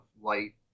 light